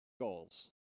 goals